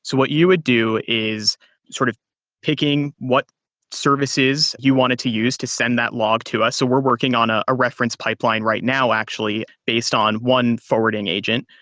so what you would do is sort of picking what services you wanted to use to send that log to us. so we're working on ah a reference pipeline right now actually based on one forwarding agent.